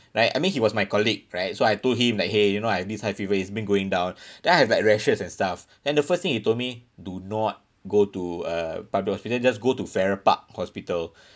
right I mean he was my colleague right so I told him like !hey! you know I have this high fever it's been going down then I have like rashes and stuff and the first thing he told me do not go to uh public hospital just go to farrer park hospital